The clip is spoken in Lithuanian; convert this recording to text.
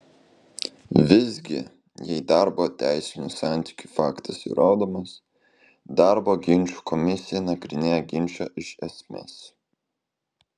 visgi jei darbo teisinių santykių faktas įrodomas darbo ginčų komisija nagrinėja ginčą iš esmės